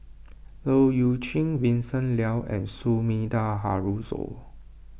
Leu Yew Chye Vincent Leow and Sumida Haruzo